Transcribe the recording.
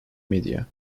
media